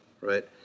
right